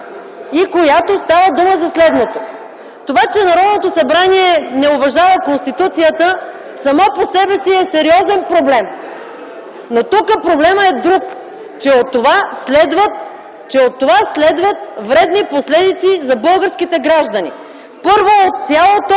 Става дума за следното. Това, че Народното събрание не уважава Конституцията, само по себе си е сериозен проблем. Но тук проблемът е друг – че от това следват вредни последици за българските граждани. Първо, от цялото